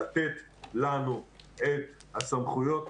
לתת לנו את הסמכויות,